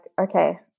okay